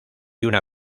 una